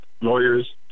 lawyers